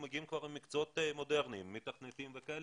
מגיעים כבר עם מקצועות מודרניים כמו: מתכנתים וכד',